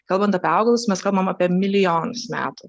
kalbant apie augalus mes kalbam apie milijonus metų